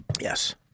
Yes